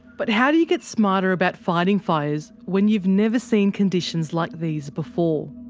but how do you get smarter about fighting fires, when you've never seen conditions like these before?